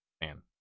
man